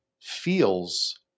feels